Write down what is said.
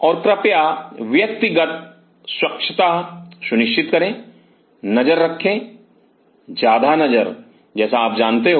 और कृपया व्यक्तिगत स्वच्छता सुनिश्चित करें नजर रखें ज्यादा नजर जैसा आप जानते हो